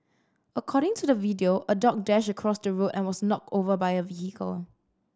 according to the video a dog dashed across the road and was knocked over by a vehicle